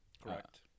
Correct